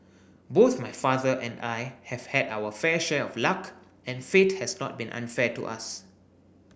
both my father and I have had our fair share of luck and fate has not been unfair to us